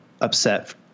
upset